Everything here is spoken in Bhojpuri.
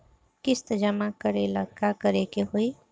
किस्त जमा करे ला का करे के होई?